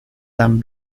tan